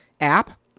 app